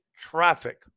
traffic